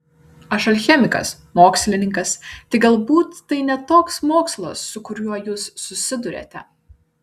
aš alchemikas mokslininkas tik galbūt tai ne toks mokslas su kuriuo jūs susiduriate